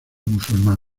musulmán